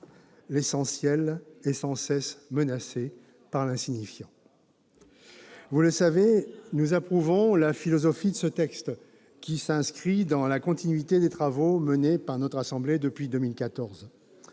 L'essentiel est sans cesse menacé par l'insignifiant ». Très bien ! Vous le savez, nous approuvons la philosophie de ce texte, qui s'inscrit dans la continuité des travaux menés par notre assemblée depuis 2014.